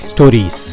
Stories